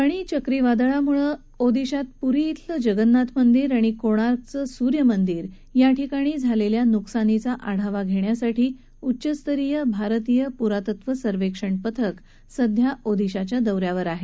फणी वादळामुळे ओदिशामध्ये पुरी बेलं जगन्नाथ मंदिर आणि कोणार्कचं सूर्यमंदिर याठिकाणी झालेल्या नुकसानीचा आढावा घेण्यासाठी उच्चस्तरीय भारतीय पुरातत्व सर्वेक्षण पथक सध्या ओदिशाच्या दौऱ्यावर आहे